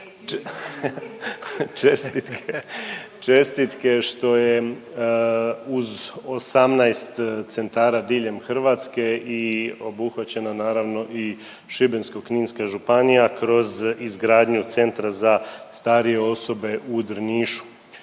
čestitke što je uz 18 centara diljem Hrvatske i obuhvaćena naravno i Šibensko-kninska županija kroz izgradnju Centra za starije osobe u Drnišu.